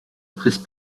presse